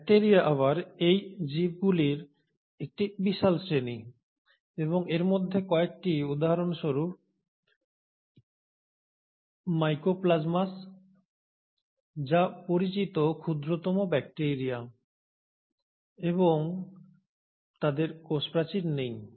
bacteria আবার এই জীবগুলির একটি বিশাল শ্রেণি এবং এর মধ্যে কয়েকটি উদাহরণস্বরূপ মাইকোপ্লাজমাস যা পরিচিত ক্ষুদ্রতম ব্যাকটিরিয়া এবং তাদের কোষ প্রাচীর নেই